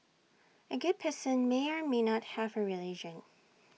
A good person may or may not have A religion